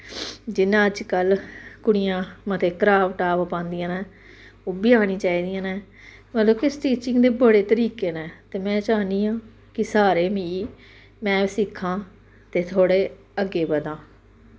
जियां अज्जकल कुड़ियां मते क्राप टॉप पांदियां न ओह् बी आनियां चाहिदियां न मतलब कि स्टिचिंग दे बड़े तरीके न ते में चाह्न्नी आं कि सारे मिगी में सिक्खां ते थोह्ड़े अग्गैं बधां